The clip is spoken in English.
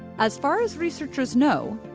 as far as researchers know,